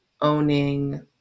owning